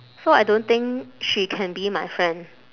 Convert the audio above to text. so I don't think she can be my friend